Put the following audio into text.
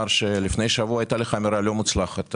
לפני שבוע הייתה לך אמירה לא מוצלחת,